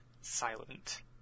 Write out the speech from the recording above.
silent